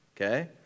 okay